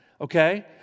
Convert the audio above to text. okay